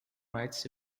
rights